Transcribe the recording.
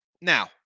Now